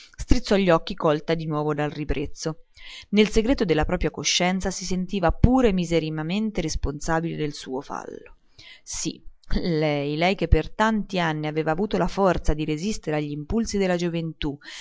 strizzò gli occhi colta di nuovo dal ribrezzo nel segreto della propria coscienza si sentiva pure miseramente responsabile del suo fallo sì lei lei che per tanti anni aveva avuto la forza di resistere a gli impulsi della gioventù